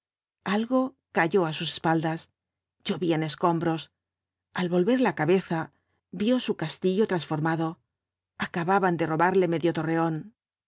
algo cayó á sus espaldas llovían escombros al volver la cabeza vio su castillo transformado acababan de robarle medio torreón